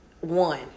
one